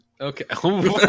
Okay